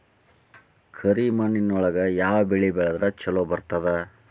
ಕರಿಮಣ್ಣೊಳಗ ಯಾವ ಬೆಳಿ ಬೆಳದ್ರ ಛಲೋ ಬರ್ತದ?